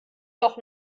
doch